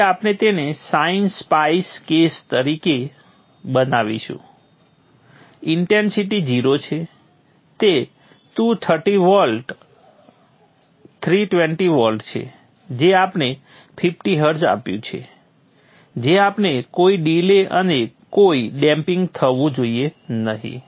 તેથી આપણે તેને સાઇન સ્પાઇસ કેસ તરીકે બનાવીશું ઇન્સેન્સિટિવ 0 છે તે 320 વોલ્ટ છે જે આપણે 50 હર્ટ્ઝ આપ્યું છે જે આપણે કોઈ ડીલે અને કોઈ ડેમ્પિંગ થવું જોઈએ નહીં